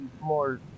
more